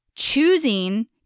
choosing